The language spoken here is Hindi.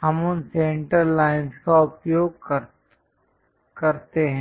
हम उन सेंटर लाइंस का उपयोग करते हैं